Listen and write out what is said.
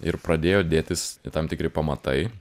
ir pradėjo dėtis tam tikri pamatai